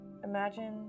Imagine